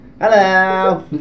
Hello